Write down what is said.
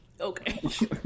okay